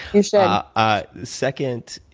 you should. yeah ah second,